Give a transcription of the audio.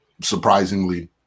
Surprisingly